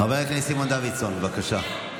חבר הכנסת סימון דוידסון, בבקשה.